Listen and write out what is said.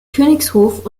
königshof